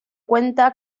cuenta